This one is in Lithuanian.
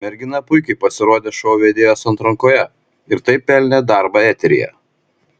mergina puikiai pasirodė šou vedėjos atrankoje ir taip pelnė darbą eteryje